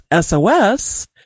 SOS